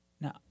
Now